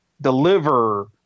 deliver